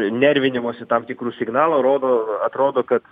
nervinimosi tam tikrų signalų rodo atrodo kad